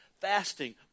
fasting